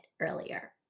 earlier